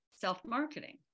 self-marketing